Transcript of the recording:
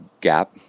gap